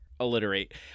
alliterate